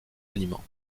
aliments